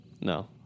No